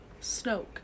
Snoke